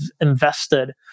invested